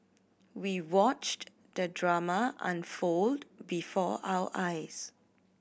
we watched the drama unfold before our eyes